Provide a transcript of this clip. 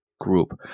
group